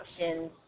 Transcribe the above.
options